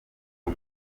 ngo